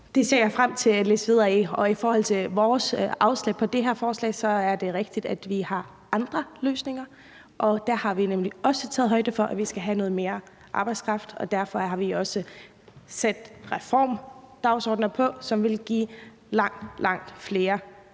Det ser jeg frem til at læse videre i. Og i forhold til vores afslag på det her forslag er det rigtigt, at vi har andre løsninger, og der har vi nemlig også taget højde for, at vi skal have noget mere arbejdskraft. Derfor har vi også sat nogle reformdagsordener, som vil give langt, langt flere